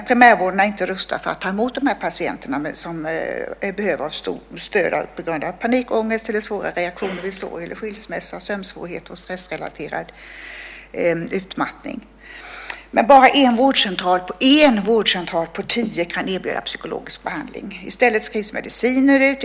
Primärvården är dock inte rustad att ta emot dessa patienter, som behöver stöd på grund av panikångest, svåra reaktioner vid sorg eller skilsmässa, sömnsvårigheter och stressrelaterad utmattning. Bara en vårdcentral av tio kan erbjuda psykologisk behandling. I stället skrivs mediciner ut.